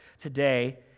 today